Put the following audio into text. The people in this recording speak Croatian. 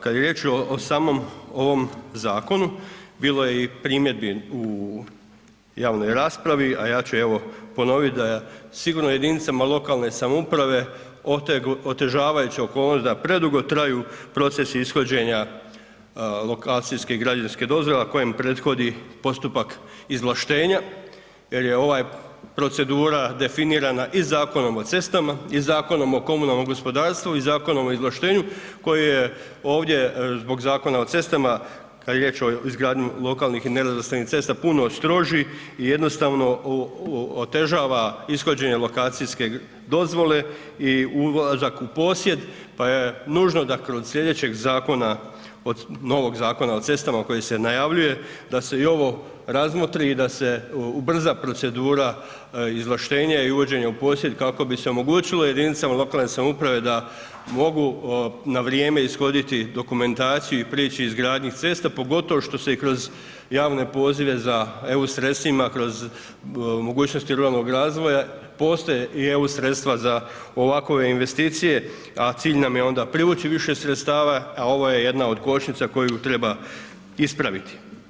Kad je riječ o samom ovom zakonu bilo je i primjedbi u javnoj raspravi, a ja ću evo ponovit da je sigurno jedinicama lokalne samouprave otežavajuća okolnost da predugo traju procesi ishođenja lokacijske i građevinske dozvole, a kojem prethodi postupak izvlaštenja jer je ova procedura definirana i Zakonom o cestama i Zakonom o komunalnom gospodarstvu i Zakonom o izvlaštenju koji je ovdje zbog Zakona o cestama, kad je riječ o izgradnji lokalnih i nerazvrstanih cesta, puno stroži i jednostavno otežava ishođenje lokacijske dozvole i ulazak u posjed, pa je nužno da kod slijedećeg zakona, novog Zakona o cestama koji se najavljuje, da se i ovo razmotri i da se ubrza procedura izvlaštenja i uvođenja u posjed kako bi se omogućilo jedinicama lokalne samouprave da mogu na vrijeme ishoditi dokumentaciju i prijeći izgradnji cesta, pogotovo što se i kroz javne pozive za EU sredstvima kroz mogućnosti ruralnog razvoja postoje i EU sredstva za ovakove investicije, a cilj nam je onda privući više sredstava, a ovo je jedna od kočnica koju treba ispraviti.